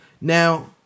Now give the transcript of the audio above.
Now